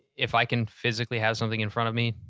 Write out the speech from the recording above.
if i can physically have something in front of me,